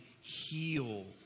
heal